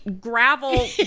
gravel